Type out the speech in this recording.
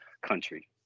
country